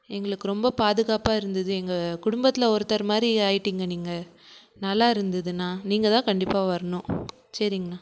எங்களுக்கு ரொம்ப பாதுகாப்பாக இருந்தது எங்கள் குடும்பத்தில் ஒருத்தர் மாதிரி ஆயிட்டிங்க நீங்கள் நல்லாயிருந்துதுண்ணா நீங்கள் தான் கண்டிப்பாக வரணும் சேரிங்கண்ணா